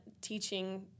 teaching